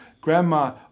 Grandma